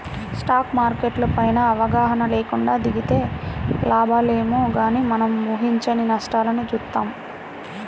stock market పైన అవగాహన లేకుండా దిగితే లాభాలేమో గానీ మనం ఊహించని నష్టాల్ని చూత్తాం